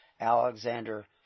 Alexander